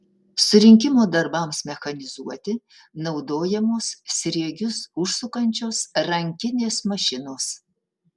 surinkimo darbams mechanizuoti naudojamos sriegius užsukančios rankinės mašinos